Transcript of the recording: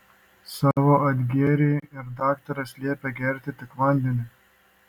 savo atgėrei ir daktaras liepė gerti tik vandenį